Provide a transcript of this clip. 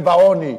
ובעוני,